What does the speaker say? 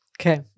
Okay